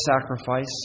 sacrifice